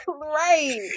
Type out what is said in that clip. Right